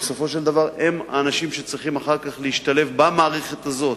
בסופו של דבר הם האנשים שצריכים אחר כך להשתלב במערכת הזאת.